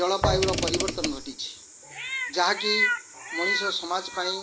ଜଳବାୟୁର ପରିବର୍ତ୍ତନ ଘଟିଛି ଯାହାକି ମଣିଷ ସମାଜ ପାଇଁ